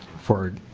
for